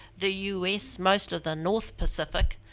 the u s, most of the north pacific.